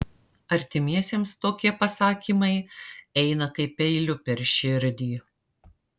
artimiesiems tokie pasakymai eina kaip peiliu per širdį